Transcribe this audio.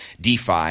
DeFi